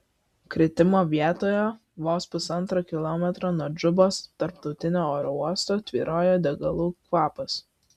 kritimo vietoje vos pusantro kilometro nuo džubos tarptautinio oro uosto tvyrojo degalų kvapas